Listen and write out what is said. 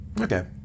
Okay